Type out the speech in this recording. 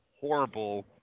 Horrible